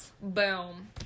Boom